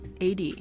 AD